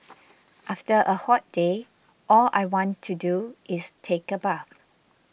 after a hot day all I want to do is take a bath